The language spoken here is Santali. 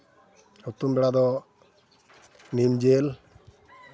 ᱦᱩᱛᱩᱢ ᱵᱮᱲᱟ ᱫᱚ ᱱᱤᱢ ᱡᱮᱞ